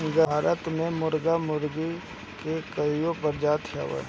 भारत में मुर्गी मुर्गा के कइगो प्रजाति हवे